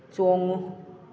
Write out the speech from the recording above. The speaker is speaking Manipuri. ꯆꯣꯡꯉꯨ